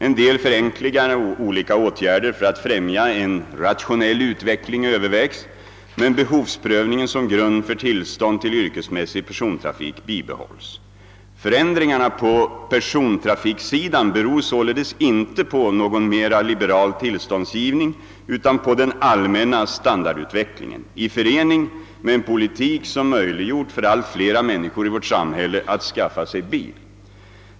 En del förenklingar och olika åtgärder för att främja en rationell utveckling övervägs, men behovsprövningen som grund för tillstånd till yrkesmässig persontrafik bibehålls. Förändringarna på persontrafiksidan beror således inte på någon mera liberal tillståndsgivning utan på den allmänna standardutvecklingen i förening med en politik som möjliggjort för allt flera människor i vårt samhälle att skaffa sig bil.